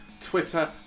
Twitter